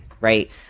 right